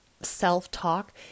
self-talk